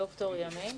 ד"ר ימין,